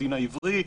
הדין העברי,